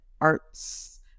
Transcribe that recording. arts